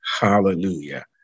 Hallelujah